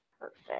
perfect